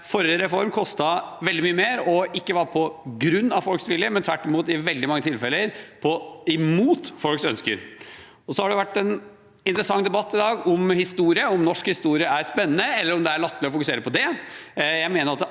forrige reform kostet veldig mye mer og ikke var på grunn av folks vilje, men tvert imot i veldig mange tilfeller gikk mot folks ønsker. Det har vært en interessant debatt i dag om historie – om norsk historie er spennende, eller om det er latterlig å fokusere på det.